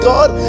God